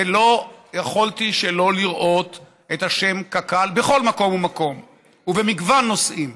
ולא יכולתי שלא לראות את השם קק"ל בכל מקום ומקום ובמגוון נושאים.